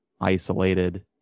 isolated